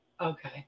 Okay